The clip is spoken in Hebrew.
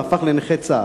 והפך לנכה צה"ל.